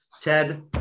Ted